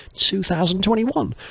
2021